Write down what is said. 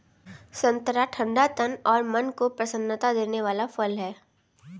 संतरा ठंडा तन और मन को प्रसन्नता देने वाला फल है